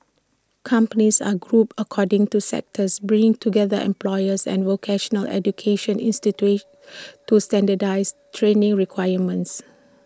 companies are grouped according to sectors bringing together employers and vocational education institutes to standardise training requirements